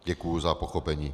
Děkuji za pochopení.